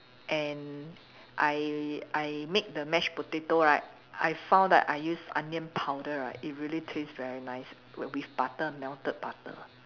and I I make the mashed potato right I found that I use onion powder right it really taste very nice w~ with butter melted butter